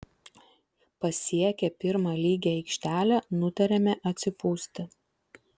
pasiekę pirmą lygią aikštelę nutarėme atsipūsti